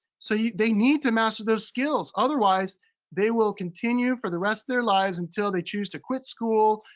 so yeah they need to master those skills, otherwise they will continue, for the rest of their lives, until they choose to quit school,